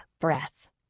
breath